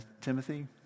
Timothy